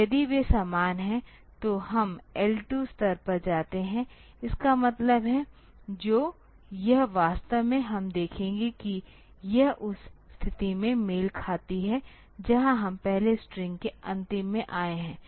तो यदि वे समान हैं तो हम L 2 स्तर पर जाते हैं इसका मतलब है जो यह वास्तव में हम देखेंगे कि यह उस स्थिति से मेल खाती है जहां हम पहले स्ट्रिंग के अंत में आए हैं